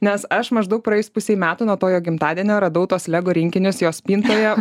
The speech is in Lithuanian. nes aš maždaug praėjus pusei metų nuo to jo gimtadienio radau tuos lego rinkinius jo spintoje